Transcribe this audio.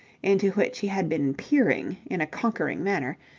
into which he had been peering in a conquering manner,